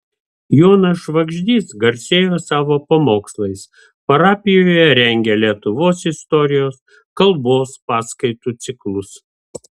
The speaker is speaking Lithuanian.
jonas švagždys garsėjo savo pamokslais parapijoje rengė lietuvos istorijos kalbos paskaitų ciklus